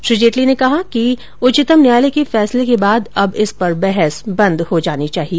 श्री जेटली ने कहा है कि उच्चतम न्यायालय के फैसले के बाद अब इस पर बहस बंद हो जानी चाहिए